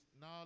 now